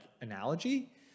analogy